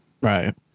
Right